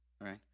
right